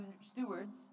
stewards